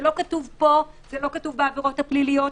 זה לא כתוב פה, זה לא כתוב בעבירות הפליליות.